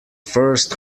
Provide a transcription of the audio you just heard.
first